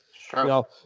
Sure